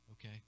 okay